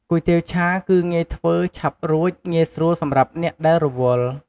គុយទាវឆា គឺ ងាយធ្វើ ឆាប់រួច ងាយស្រួលសម្រាប់អ្នកដែលរវល់។